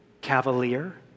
cavalier